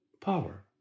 power